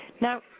Now